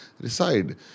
reside